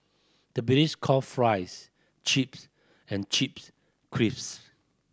the call fries chips and chips crisps